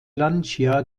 lancia